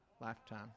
lifetime